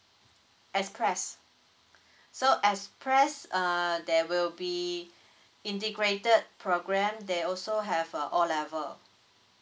express so express uh there will be integrated program they also have uh O level